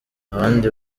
abandi